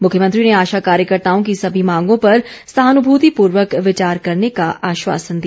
मुख्यमंत्री ने आशा कार्यकर्ताओं की सभी मांगों पर सहानुभूतिपूर्वक विचार करने का आश्वासन दिया